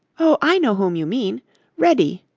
oh, i know whom you mean reddy,